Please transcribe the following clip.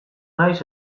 naiz